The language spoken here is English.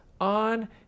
on